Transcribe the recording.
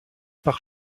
pare